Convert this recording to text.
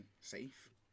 safe